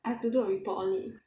I have to do a report on it